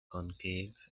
concave